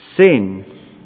Sin